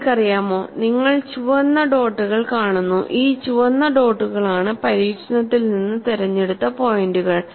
നിങ്ങൾക്കറിയാമോ നിങ്ങൾ ചുവന്ന ഡോട്ടുകൾ കാണുന്നു ഈ ചുവന്ന ഡോട്ടുകളാണ് പരീക്ഷണത്തിൽ നിന്ന് തിരഞ്ഞെടുത്ത പോയിന്റുകൾ